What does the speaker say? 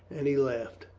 and he laughed.